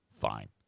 Fine